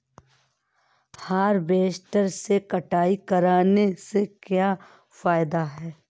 Harvester से कटाई करने से क्या फायदा है?